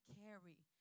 carry